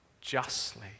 justly